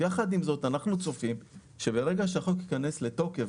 בין אם לאפשר את קבלת ההיתר ובין אם לא